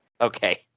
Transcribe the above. Okay